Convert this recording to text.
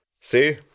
See